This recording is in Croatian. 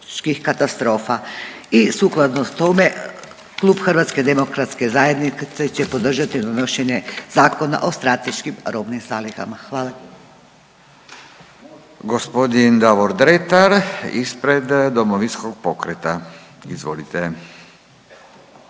Hrvatske demokratske zajednice će podržati donošenje Zakona o strateškim robnim zalihama. Hvala.